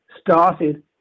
started